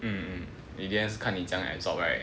mm mm in the end 是看你怎样 absorb right